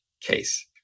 case